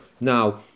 Now